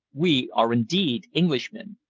we are indeed englishmen,